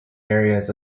areas